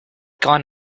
gone